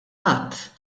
att